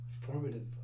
formative